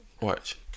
watch